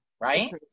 Right